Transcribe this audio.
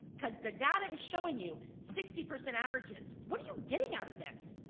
cause the data is showing you sixty percent averages! what are you getting out of this?